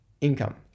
income